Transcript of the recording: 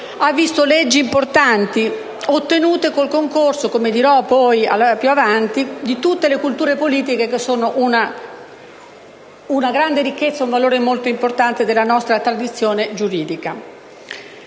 ha visto leggi importanti, ottenute con il concorso, come dirò più avanti, di tutte le culture politiche, che sono una grande ricchezza e un valore molto importante della nostra tradizione giuridica.